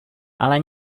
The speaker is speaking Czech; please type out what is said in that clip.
ale